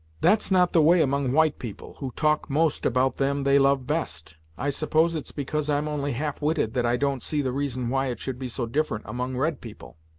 that's not the way among white people, who talk most about them they love best. i suppose it's because i'm only half-witted that i don't see the reason why it should be so different among red people.